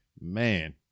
Man